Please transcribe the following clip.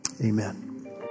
amen